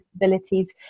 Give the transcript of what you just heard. disabilities